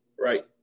Right